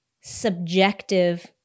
subjective